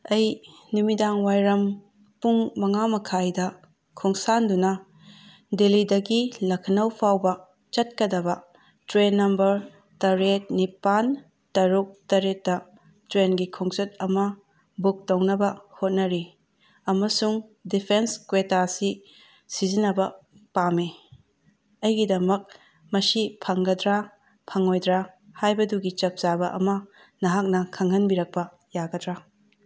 ꯑꯩ ꯅꯨꯃꯤꯗꯥꯡꯋꯥꯏꯔꯝ ꯄꯨꯡ ꯃꯉꯥ ꯃꯈꯥꯏꯗ ꯈꯣꯡꯁꯥꯟꯗꯨꯅ ꯗꯦꯜꯂꯤꯗꯒꯤ ꯂꯈꯅꯧ ꯐꯥꯎꯕ ꯆꯠꯀꯗꯕ ꯇ꯭ꯔꯦꯟ ꯅꯝꯕꯔ ꯇꯔꯦꯠ ꯅꯤꯄꯥꯟ ꯇꯔꯨꯛ ꯇꯔꯦꯠꯇ ꯇ꯭ꯔꯦꯟꯒꯤ ꯈꯣꯡꯆꯠ ꯑꯃ ꯕꯨꯛ ꯇꯧꯅꯕ ꯍꯣꯠꯅꯔꯤ ꯑꯃꯁꯨꯡ ꯗꯤꯐꯦꯟꯁ ꯀ꯭ꯌꯦꯇꯥꯁꯤ ꯁꯤꯖꯤꯟꯅꯕ ꯄꯥꯝꯃꯤ ꯑꯩꯒꯤꯗꯃꯛ ꯃꯁꯤ ꯐꯪꯒꯗ꯭ꯔꯥ ꯐꯪꯉꯣꯏꯗ꯭ꯔꯥ ꯍꯥꯏꯕꯗꯨꯒꯤ ꯆꯞꯆꯥꯕ ꯑꯃ ꯅꯍꯥꯛꯅ ꯈꯪꯍꯟꯕꯤꯔꯛꯄ ꯌꯥꯒꯗ꯭ꯔꯥ